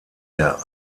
der